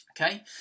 Okay